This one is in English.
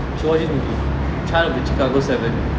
child of the chicago seven